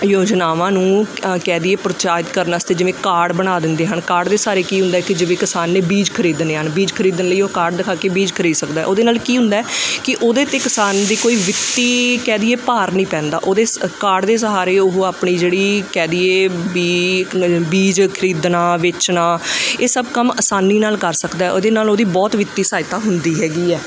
ਯੋਜਨਾਵਾਂ ਨੂੰ ਕਹਿ ਦੇਈਏ ਪ੍ਰਚਾਰਿਤ ਕਰਨ ਵਾਸਤੇ ਜਿਵੇਂ ਕਾਰਡ ਬਣਾ ਦਿੰਦੇ ਹਨ ਕਾਰਡ ਦੇ ਸਹਾਰੇ ਕੀ ਹੁੰਦਾ ਹੈ ਕਿ ਜਿਵੇਂ ਕਿਸਾਨ ਨੇ ਬੀਜ ਖਰੀਦਣੇ ਹਨ ਬੀਜ ਖਰੀਦਣ ਲਈ ਉਹ ਕਾਰਡ ਦਿਖਾ ਕੇ ਬੀਜ ਖਰੀਦ ਸਕਦਾ ਉਹਦੇ ਨਾਲ ਕੀ ਹੁੰਦਾ ਕਿ ਉਹਦੇ 'ਤੇ ਕਿਸਾਨ ਦੀ ਕੋਈ ਵਿੱਤੀ ਕਹਿ ਦੇਈਏ ਭਾਰ ਨਹੀਂ ਪੈਂਦਾ ਉਹਦੇ ਕਾਰਡ ਦੇ ਸਹਾਰੇ ਉਹ ਆਪਣੀ ਜਿਹੜੀ ਕਹਿ ਦੇਈਏ ਵੀ ਬੀਜ ਖਰੀਦਣਾ ਵੇਚਣਾ ਇਹ ਸਭ ਕੰਮ ਆਸਾਨੀ ਨਾਲ ਕਰ ਸਕਦਾ ਉਹਦੇ ਨਾਲ ਉਹਦੀ ਬਹੁਤ ਵਿੱਤੀ ਸਹਾਇਤਾ ਹੁੰਦੀ ਹੈਗੀ ਹੈ